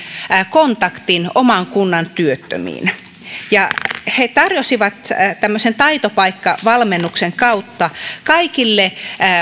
kontaktin oman kunnan työttömiin he tarjosivat tämmöisen taitopaikka valmennuksen kautta kaikille